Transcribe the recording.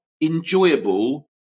enjoyable